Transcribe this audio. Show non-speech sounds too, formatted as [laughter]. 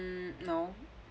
mm no [laughs]